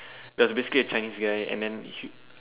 there's basically a Chinese guy and then